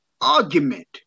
argument